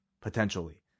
potentially